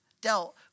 dealt